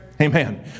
Amen